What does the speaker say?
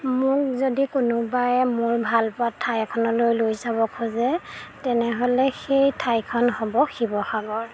মোক যদি কোনোবাই মোৰ ভালপোৱা ঠাই এখনলৈ লৈ যাব খোজে তেনেহ'লে সেই ঠাইখন হ'ব শিৱসাগৰ